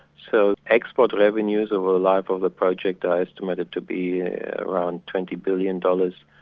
so export revenues over the life of the project are estimated to be around twenty billion dollars,